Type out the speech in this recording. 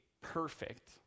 perfect